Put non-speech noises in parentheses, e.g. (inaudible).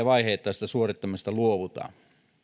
(unintelligible) vaiheittaisesta suorittamisesta luovutaan